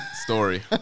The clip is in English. story